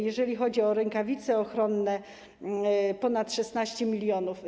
Jeżeli chodzi o rękawice ochronne - ponad 16 mln.